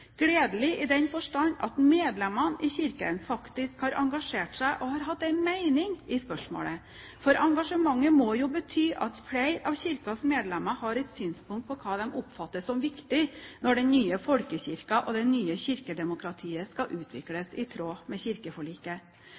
gledelig i den forstand at medlemmene i Kirken faktisk har engasjert seg og har hatt en mening i spørsmålet. Engasjementet må bety at flere av Kirkens medlemmer har et synspunkt på hva de oppfatter som viktig når den nye folkekirken og det nye kirkedemokratiet skal utvikles i tråd med kirkeforliket.